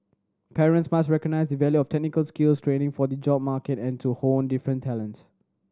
parents must recognise the value of technical skills training for the job market and to hone different talents